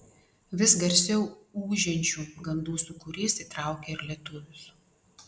vis garsiau ūžiančių gandų sūkurys įtraukė ir lietuvius